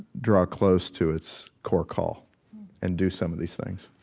draw close to its core call and do some of these things